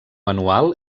anual